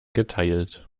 geteilt